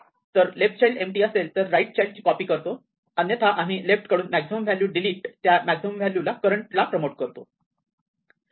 तर left child empty असेल तर राईट चाइल्डची कॉपी करतो अन्यथा आम्ही लेफ्टकडून मॅक्सिमम व्हॅल्यू डिलीट त्या मॅक्सिमम व्हॅल्यू ला करून करंट ला प्रमोट करतो